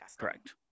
Correct